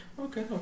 Okay